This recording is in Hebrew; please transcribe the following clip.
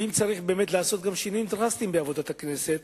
ואם צריך לעשות שינויים דרסטיים בעבודת הכנסת,